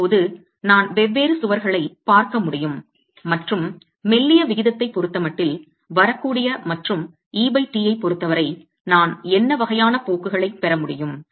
இப்போது நான் வெவ்வேறு சுவர்களைப் பார்க்க முடியும் மற்றும் மெல்லிய விகிதத்தைப் பொறுத்தமட்டில் வரக்கூடியவை மற்றும் et ஐப் பொறுத்தவரை நான் என்ன வகையான போக்குகளைப் பெற முடியும்